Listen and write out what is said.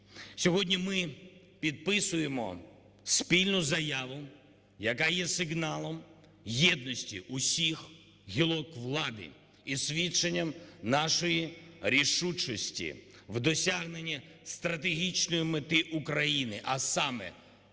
Сьогодні ми підписуємо спільну заяву, яка є сигналом єдності усіх гілок влади і свідченням нашої рішучості в досягненні стратегічної мети України, а саме,